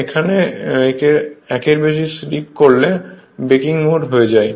এখানে একের বেশি স্লিপ করলে ব্রেকিং মোড হয়ে যায়